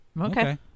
Okay